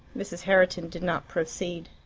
mrs. herriton did not proceed.